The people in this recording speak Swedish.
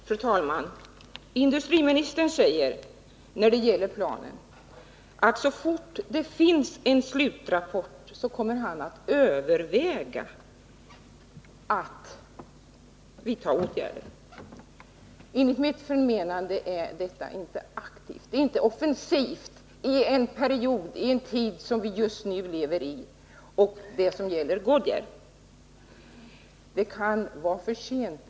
Fru talman! Industriministern säger när det gäller planen att så fort det finns en slutrapport kommer han att överväga att vidta åtgärder. Enligt mitt förmenande är detta inte aktivt. Det är inte offensivt i den tid som vi just nu lever i och när det gäller Goodyear — och sedan kan det vara för sent.